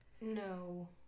No